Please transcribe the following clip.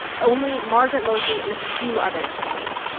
only margaret moseley and a few others remained.